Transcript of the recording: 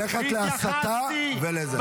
אתה לא יכול ללכת להסתה ולזה.